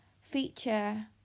feature